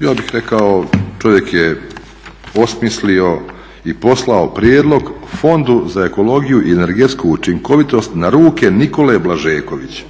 Ja bih rekao čovjek je osmislio i poslao prijedlog Fondu za ekologiju i energetsku učinkovitost na ruke Nikole Blažeković